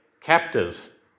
captors